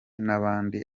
n’abandi